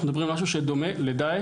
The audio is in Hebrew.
אנחנו מדברים על משהו שדומה לדאעש,